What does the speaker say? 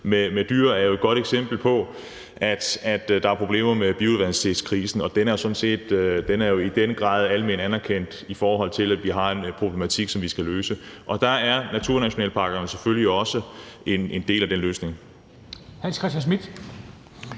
med dyr er jo et godt eksempel på, at der er problemer med biodiversitetskrisen, og den er i den grad alment anerkendt, i forhold til at vi har en problematik, som vi skal løse. Der er naturnationalparkerne selvfølgelig også en del af den løsning. Kl. 11:22 Formanden